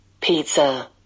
Pizza